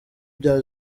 bya